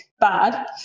bad